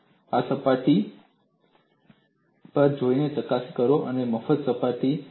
તમે આ સપાટી પર જઈને ચકાસી શકો છો કે તે એક મફત સપાટી છે